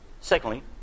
Secondly